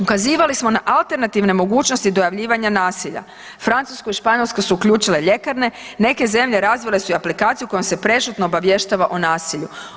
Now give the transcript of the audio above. Ukazivali smo na alternativne mogućnosti dojavljivanja nasilja, Francuska i Španjolska su uključile ljekarne, neke zemlje razvile su i aplikaciju kojom se prešutno obavještava o nasilju.